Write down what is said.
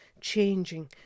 changing